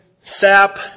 sap